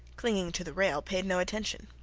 clinging to the rail, paid no attention.